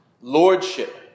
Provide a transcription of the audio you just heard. lordship